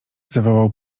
zawołał